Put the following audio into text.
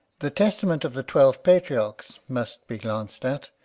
the testament of the twelve patriarchs must be glanced at,